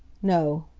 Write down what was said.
no.